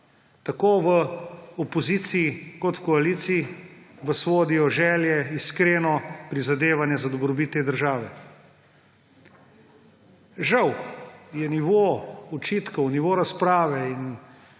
Tako v opoziciji kot v koaliciji vas vodijo želje iskreno prizadevanje za dobrobit te države. Žal je nivo očitkov, nivo razprave in